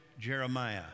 Jeremiah